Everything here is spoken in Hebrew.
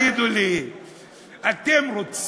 שאישרנו כרגע לגבי ההגבלים העסקיים, פטור למשווקים